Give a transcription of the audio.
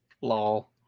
Lol